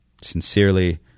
sincerely